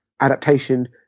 adaptation